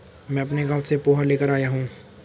मैं अपने गांव से पोहा लेकर आया हूं